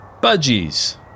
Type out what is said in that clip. Budgies